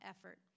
effort